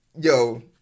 yo